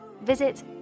Visit